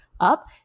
up